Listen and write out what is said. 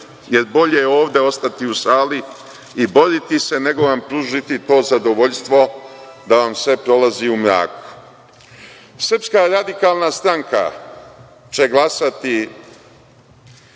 je bolje ovde ostati u sali i boriti se nego vam pružiti to zadovoljstvo da vam sve prolazi u mraku. Srpska radikalna stranka će glasati